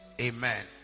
amen